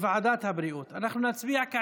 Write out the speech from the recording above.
לוועדת הבריאות נתקבלה.